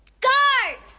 guard!